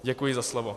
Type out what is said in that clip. Děkuji za slovo.